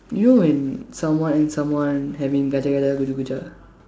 you know when someone and someone having கஜ கஜா குஜு குஜா:kaja kajaa kuju kujaa